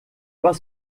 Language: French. pas